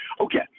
Okay